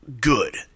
good